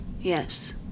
Yes